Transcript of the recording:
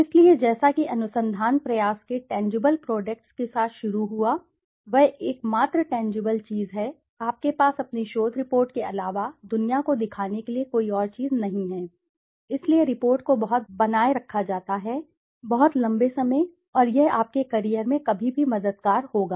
इसलिए जैसा कि अनुसंधान प्रयास के टैंजीबल प्रोडक्ट्स के साथ शुरू हुआ वह एकमात्र टैंजीबल चीज है आपके पास अपनी शोध रिपोर्ट के अलावा दुनिया को दिखाने के लिए कोई और चीज नहीं है इसीलिए रिपोर्ट को बहुत बनाए रखा जाता है बहुत लंबे समय और यह आपके करियर में कभी भी मददगार होगा